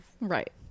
Right